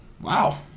Wow